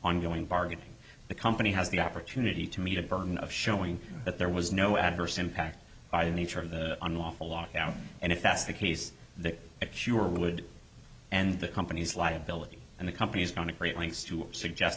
ongoing bargaining the company has the opportunity to meet a burden of showing that there was no adverse impact by the nature of the unlawful lockout and if that's the case that it sure would and the company's liability and the company's going to great lengths to suggest